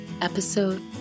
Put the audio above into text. episode